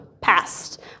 past